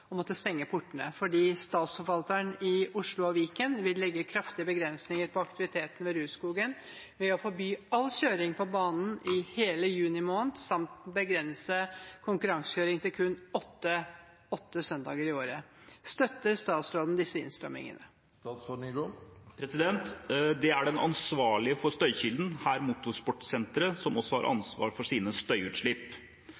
Oslo og Viken vil legge kraftige begrensninger på aktiviteten ved Rudskogen ved å forby all kjøring på banen i hele juni måned samt begrense konkurransekjøring til kun åtte søndager i året. Støtter statsråden disse innstrammingene?» Det er den ansvarlige for støykilden, her motorsportsenteret, som også har